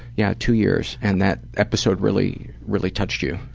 yeah two years and that episode really really touched you.